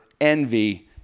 envy